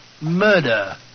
Murder